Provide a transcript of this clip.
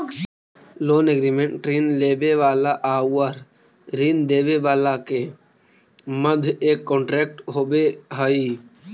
loan agreement ऋण लेवे वाला आउर ऋण देवे वाला के मध्य एक कॉन्ट्रैक्ट होवे हई